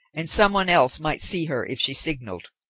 and someone else might see her if she signalled.